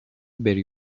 بری